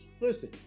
Listen